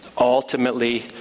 ultimately